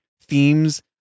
themes